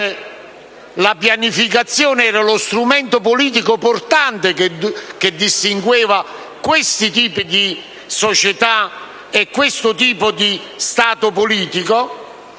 la pianificazione era lo strumento politico portante, che distingueva questo tipo di società e di Stato politico?